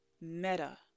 meta